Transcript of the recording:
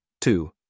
two